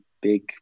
big